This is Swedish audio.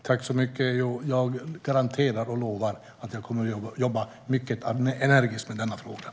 Herr talman! Jag garanterar och lovar att jag kommer att jobba mycket energiskt med frågan.